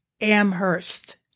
Amherst